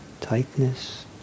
tightness